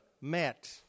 met